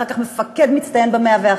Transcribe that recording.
אחר כך מפקד מצטיין ב-101.